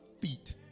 feet